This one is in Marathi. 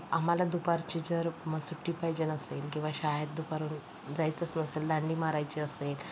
आम्हाला दुपारची जर म सुट्टी पाहिजे असेल किंवा शाळेत दुपारहून जायचंच नसेल दांडी मारायची असेल